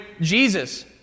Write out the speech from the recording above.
Jesus